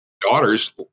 Daughters